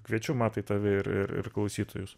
kviečiu matai tave ir klausytojus